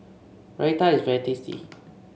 Raita is very tasty